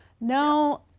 No